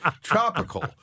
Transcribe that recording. tropical